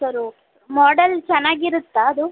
sir okay ಮಾಡಲ್ ಚೆನ್ನಾಗಿರುತ್ತಾ ಅದು